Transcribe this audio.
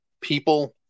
people